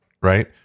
right